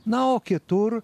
na o kitur